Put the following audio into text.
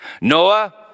Noah